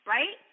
Right